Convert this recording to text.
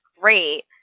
great